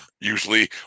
usually